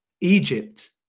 egypt